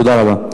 תודה רבה.